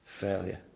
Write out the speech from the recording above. failure